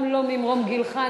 גם לא ממרום גילך.